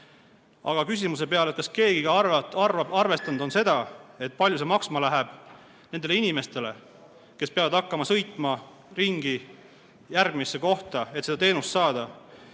Küsimuse peale, kas keegi on arvestanud seda, palju see maksma läheb nendele inimestele, kes peavad hakkama sõitma järgmisse kohta, et seda teenust saada,